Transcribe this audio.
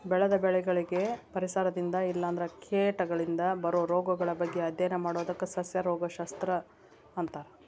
ಬೆಳೆದ ಬೆಳಿಗಳಿಗೆ ಪರಿಸರದಿಂದ ಇಲ್ಲಂದ್ರ ಕೇಟಗಳಿಂದ ಬರೋ ರೋಗಗಳ ಬಗ್ಗೆ ಅಧ್ಯಯನ ಮಾಡೋದಕ್ಕ ಸಸ್ಯ ರೋಗ ಶಸ್ತ್ರ ಅಂತಾರ